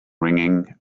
ringing